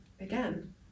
again